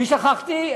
מי שכחתי?